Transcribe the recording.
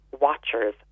Watchers